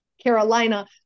Carolina